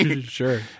Sure